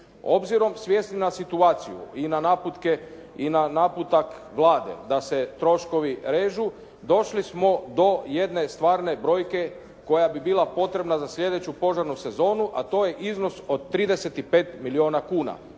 Obzirom svjesni na situaciju i na naputak Vlade da se troškovi režu došli smo do jedne stvarne brojke koja bi bila potrebna za sljedeću požarnu sezonu, a to je iznos od 35 milijuna kuna.